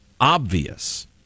obvious